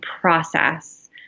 process